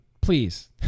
please